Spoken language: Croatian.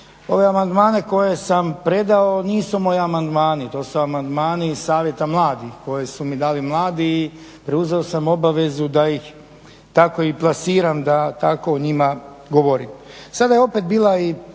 ove amandmane koje sam predao nisu moji amandmani, to su amandmani savjeta mladih koji su mi dali mladi i preuzeo sam obavezu da ih tako i plasiram, da tako o njima govori. S obzirom da je opet bila i